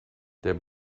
der